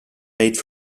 made